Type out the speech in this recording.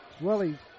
Willie